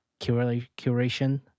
curation